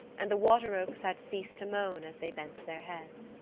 and the water-oaks had ceased to moan as they bent their heads.